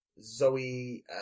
Zoe